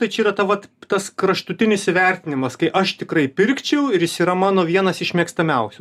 tai čia yra ta vat tas kraštutinis įvertinimas kai aš tikrai pirkčiau ir jis yra mano vienas iš mėgstamiausių